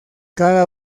cada